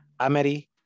Ameri